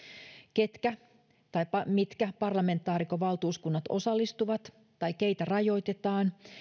ketkä tai mitkä parlamentaarikkovaltuuskunnat osallistuvat tai keitä rajoitetaan